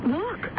look